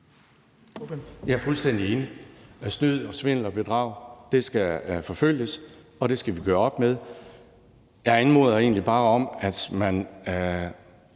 Jeg er fuldstændig enig. Snyd, svindel og bedrag skal forfølges, og det skal vi gøre op med. Jeg anmoder egentlig bare om, at man